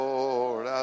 Lord